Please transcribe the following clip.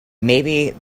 maybe